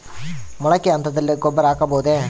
ಮೊಳಕೆ ಹಂತದಲ್ಲಿ ಗೊಬ್ಬರ ಹಾಕಬಹುದೇ?